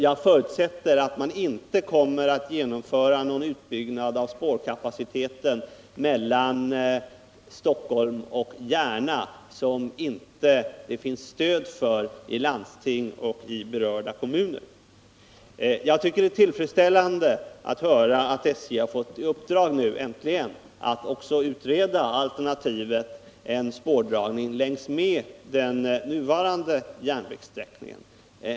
Jag förutsätter att man inte kommer att genomföra någon utbyggnad av spårkapaciteten mellan Stockholm och Järna som det inte finns stöd för i landsting och berörda kommuner. Jag tycker det är tillfredsställande att höra att SJ nu äntligen fått i uppdrag att utreda också alternativet med en spårdragning längs med den nuvarande järnvägssträckningen.